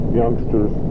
youngsters